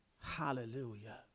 Hallelujah